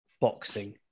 boxing